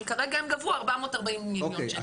וכרגע הם גבו 440 מיליון שקל.